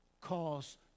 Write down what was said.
cause